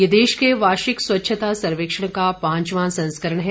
यह देश के वार्षिक स्वच्छता सर्वेक्षण का पांचवां संस्करण है